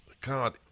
God